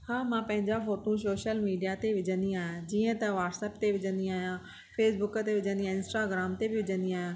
हा मां पंहिंजा फ़ोटू सोशल मीडिया ते विझंदी आहियां जीअं त व्हाट्सप ते विझंदी आहियां फेसबुक ते विझंदी आहियां इंस्टाग्राम ते बि विझंदी आहियां